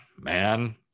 man